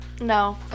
No